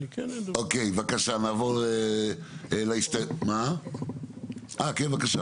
אוקיי, בבקשה, נעבור לאיתי שגיא, בבקשה.